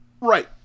Right